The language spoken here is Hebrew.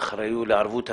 לערבות הדדית,